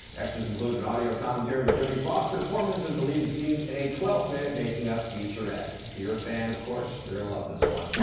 extras include an audio commentary with jodi foster, four minutes of deleted scenes and a twelve minute making up featurette. if you're a fan of course you're going to love this one.